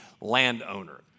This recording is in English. landowner